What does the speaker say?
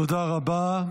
תודה רבה.